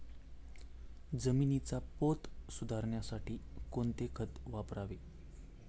जमिनीचा पोत सुधारण्यासाठी कोणते खत वापरावे?